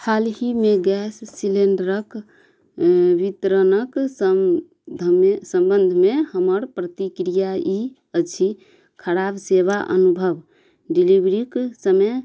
हालहिमे गैस सिलेण्डरके वितरणके सम ध मे सम्बन्धमे हमर प्रतिक्रिया ई अछि खराब सेवा अनुभव डिलीवरीके समय